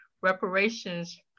reparations